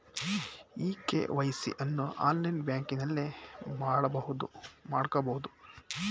E KYC ಅನ್ನು online ಬ್ಯಾಂಕಿಂಗ್ನಲ್ಲೇ ಮಾಡ್ಕೋಬೋದು